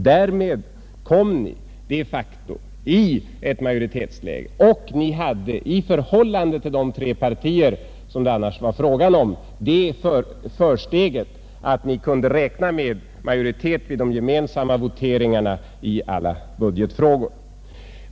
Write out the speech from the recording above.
Därmed kom ni de facto i ett majoritetsläge, och ni hade i förhållande till de tre partier som det annars var fråga om det försteget att ni kunde räkna med majoritet vid de gemensamma voteringarna i alla budgetfrågor.